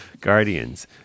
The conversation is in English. guardians